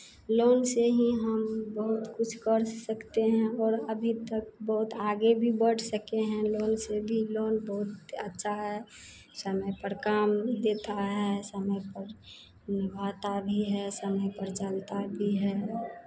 loan से ही हम बहुत कुछ कर सकते हैं और अभी तक बहुत आगे भी बढ़ सके हैं लोन से भी लोन बहुत अच्छा है समय पर काम देता है समय पर आता भी है समय पर चलता भी है